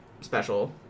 special